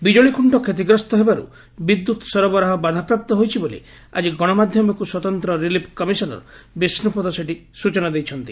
ବିଜୁଳିଖୁଙ୍କ କ୍ଷତିଗ୍ରସ୍ଠ ହେବାରୁ ବିଦ୍ୟୁତ୍ ସରବରାହ ବାଧାପ୍ରାପ୍ତ ହୋଇଛି ବୋଲି ଆକି ଗଣମାଧ୍ୟମକୁ ସ୍ୱତନ୍ତ ରିଲିଫ୍ କମିଶନର ବିଷ୍ଟୁପଦ ସେଠି ସ୍ୱଚନା ଦେଇଛନ୍ତି